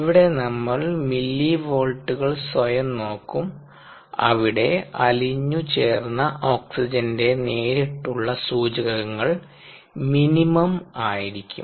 ഇവിടെ നമ്മൾ മില്ലിവോൾട്ടുകൾ സ്വയം നോക്കും അവിടെ അലിഞ്ഞു ചേർന്ന ഓക്സിജന്റെ നേരിട്ടുള്ള സൂചകങ്ങൾ മിനിമം ആയിരിക്കും